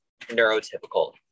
neurotypical